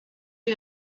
you